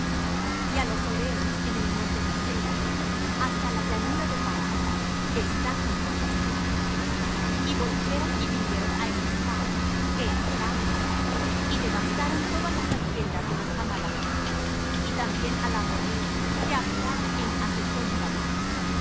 á los horeos en el monte de seir hasta la llanura de parán que está junto al desierto y volvieron y vinieron á emmisphat que es cades y devastaron todas las haciendas de los amalacitas y también al amorrheo que habitaba en